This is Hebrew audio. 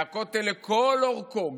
והכותל לכל אורכו,